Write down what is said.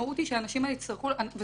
המשמעות היא שיצטרכו לקחת את האנשים לתחנה,